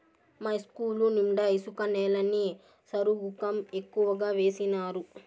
మా ఇస్కూలు నిండా ఇసుక నేలని సరుగుకం ఎక్కువగా వేసినారు